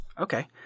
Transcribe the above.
Okay